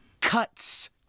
cuts